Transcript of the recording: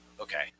okay